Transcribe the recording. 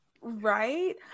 right